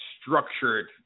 structured